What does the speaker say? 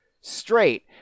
straight